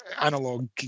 analog